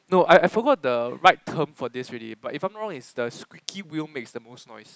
no I I forgot the right term for this already but if I'm not wrong is the squeaky wheel makes the most noise